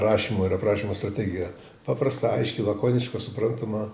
rašymo ir aprašymo strategiją paprasta aiški lakoniška suprantama